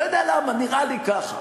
לא יודע למה, נראה לי ככה.